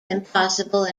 impossible